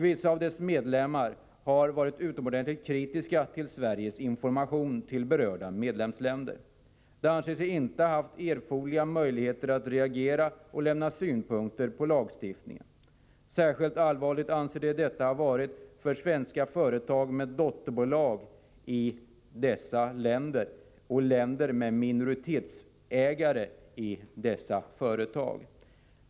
Vissa av kommitténs medlemmar har varit utomordentligt kritiska mot Sveriges information till berörda medlemsländer. De anser sig inte ha haft erforderliga möjligheter att reagera och lämna synpunkter på lagstiftningen. Särskilt allvarligt anses detta ha varit för svenska företag med dotterbolag i fftämmande länder med minoritetsägare i dessa företag.